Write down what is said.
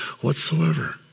whatsoever